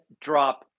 drop